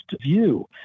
view